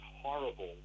horrible